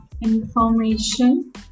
Information